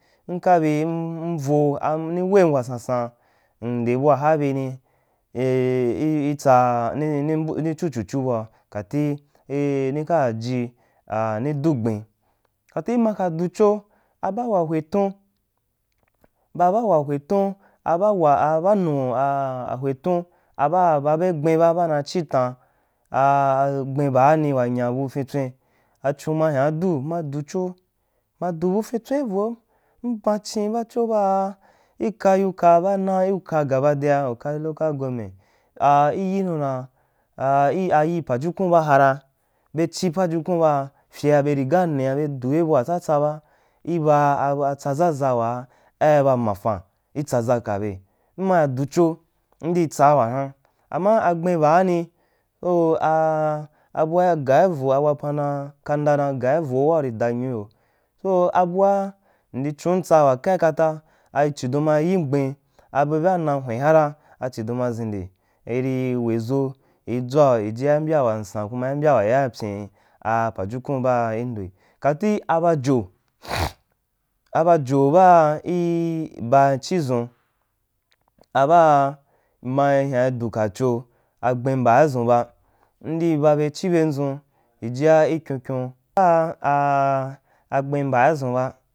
Mkabi m vo ni wem wasansan mnde bua ha biy nī eú itsaa i chu chu chu bau, kato nika ji no du gben kato ma ka du cho abauwa hwetun ba bauwa hwetun abawa abannu jwe tun baana boa babe gben ba ra chitan aa agben baani wa nya bu finstwen achun ma hyan adu ma du cho ma du bu finstswin i vom mban chin bacho baa i kauyuka baa naiuka gabadea wukarī loka gobmeh ah i yinu dan a yiī pajukun baahara be chi pajukun baa fyea be riga hia be dube bua tsa tsa ba iba a tsaʒaʒa wae ai ba ambafan itsaʒa ka be m m hyan ducho mndi tsa wahaun ama agben baani so, eu a abua aga wo a wapan kanda dan agaa ivou waa uri da nyu iyo so abua mndi chon on tsa wa kai kata a chidon mai yin abu baa mnai hwekara ma ʒinde iri weʒo i dʒwau ijia i mbya wansan kuma imbey wa ya yai pyén wa yaya ipyen a pajukun baa i ndo kati abajo abajo baa i ba chifʒun abah mma hyain du ka cho agbin mba a dʒun ba ndii babe chiben dʒun ijia i kyeukun baa a- agbim mbaadgun ba.